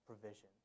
Provision